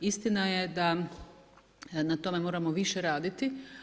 Istina je da na tome moramo više raditi.